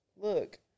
look